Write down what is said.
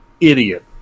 idiot